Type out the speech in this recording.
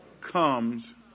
comes